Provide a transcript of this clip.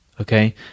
Okay